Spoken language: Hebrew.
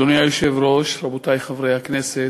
אדוני היושב-ראש, רבותי חברי הכנסת,